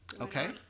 okay